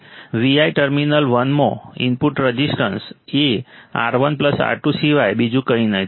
તેથી Vi terminal વનમાં input resistance એ R1 R2 સિવાય બીજું કંઈ નથી